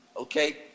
Okay